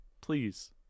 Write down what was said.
Please